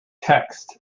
text